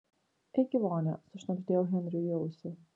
eik į vonią sušnabždėjau henriui į ausį